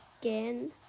again